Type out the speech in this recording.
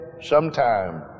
sometime